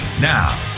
Now